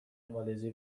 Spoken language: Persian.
مالزی